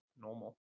normal